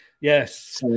yes